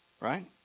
right